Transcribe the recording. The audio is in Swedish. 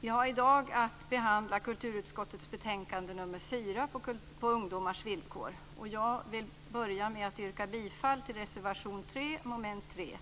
Vi har i dag att behandla kulturutskottets betänkande nr 4, På ungdomars villkor. Jag vill börja med att yrka bifall till reservation 3 under mom 3.